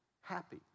happy